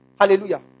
Hallelujah